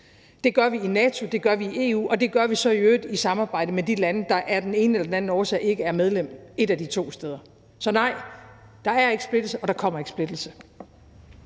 Det gør vi i NATO, det gør vi i EU, og det gør vi så i øvrigt i samarbejde med de lande, der af den ene eller den anden årsag ikke er medlem et af de to steder. Så nej, der er ikke splittelse, og der kommer ikke splittelse.